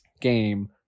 game